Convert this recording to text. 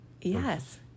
yes